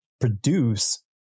produce